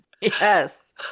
yes